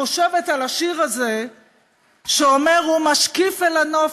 חושבת על השיר שאומר: הוא משקיף אל הנוף